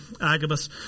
Agabus